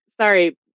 sorry